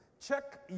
Check